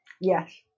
Yes